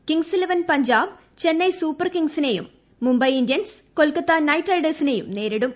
Kings Eleven Punjab Chennai super കിംഗ്സിനേയും Mumbai Indians Kolkata knight റൈഡേഴ്സിനേയും നേരിടും